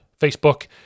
Facebook